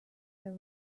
there